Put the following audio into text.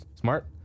Smart